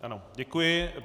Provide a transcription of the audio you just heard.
Ano, děkuji.